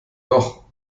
doch